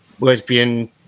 lesbian